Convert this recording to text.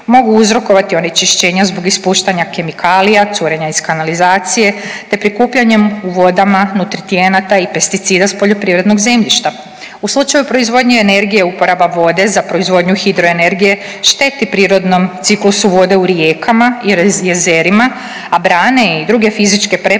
mogu uzrokovati onečišćenja zbog ispuštanja kemikalija, curenja iz kanalizacije, te prikupljanjem u vodama nutritijenata i pesticida s poljoprivrednog zemljišta. U slučaju proizvodnje energije uporaba vode za proizvodnju hidroenergije šteti prirodnom ciklusu vode u rijekama i jezerima, a brane i druge fizičke prepreke